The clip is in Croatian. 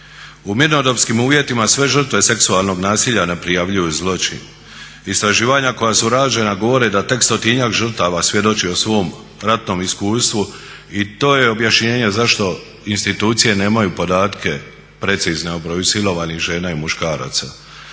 U mirnodopskim uvjetima sve žrtve seksualnog nasilja ne prijavljuju zločin. Istraživanja koja su rađena govore da tek 100-njak žrtava svjedoči o svom ratnom iskustvu i to je objašnjenje zašto institucije nemaju podatke precizne o broju silovanih žena i muškaraca.